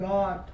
God